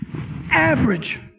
Average